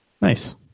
nice